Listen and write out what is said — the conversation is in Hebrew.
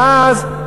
ואז,